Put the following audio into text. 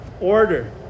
Order